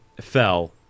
fell